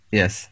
yes